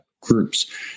groups